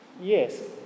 yes